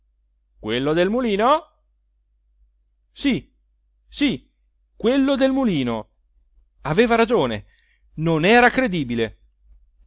quello del mulino sì sì quello del mulino aveva ragione non era credibile